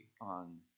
on